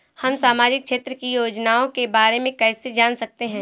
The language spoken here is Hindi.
हम सामाजिक क्षेत्र की योजनाओं के बारे में कैसे जान सकते हैं?